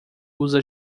usa